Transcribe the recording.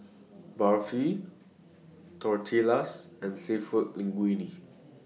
Barfi Tortillas and Seafood Linguine